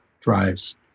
drives